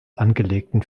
angelegten